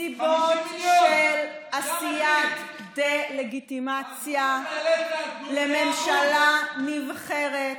מסיבות של עשיית דה-לגיטימציה לממשלה נבחרת.